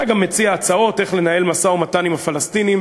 אתה גם מציע הצעות איך לנהל משא-ומתן עם הפלסטינים.